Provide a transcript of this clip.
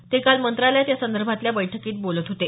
ते काल मंत्रालयात यासंदर्भातल्या बैठकीत बोलत होते